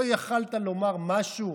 לא יכולת לומר משהו?